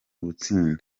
gutsinda